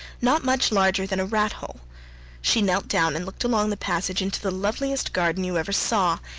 not much larger than a rat-hole she knelt down and looked along the passage into the loveliest garden you ever saw.